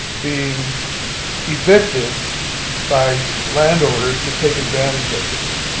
being evicted by landowners to take advantage of this.